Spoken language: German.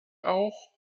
auch